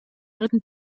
dritten